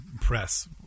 press